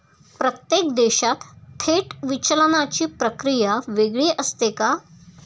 प्रत्येक देशात थेट विचलनाची प्रक्रिया वेगळी असते का?